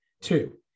two